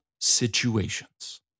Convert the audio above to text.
situations